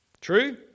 True